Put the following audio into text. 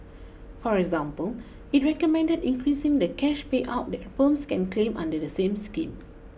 for example it recommended increasing the cash payout that firms can claim under the same scheme